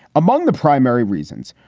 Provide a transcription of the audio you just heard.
among the primary reasons,